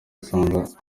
musanze